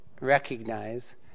recognize